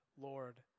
Lord